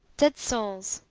dead souls,